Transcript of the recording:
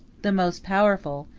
the most powerful,